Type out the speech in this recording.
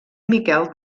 miquel